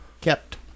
kept